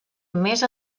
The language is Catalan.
més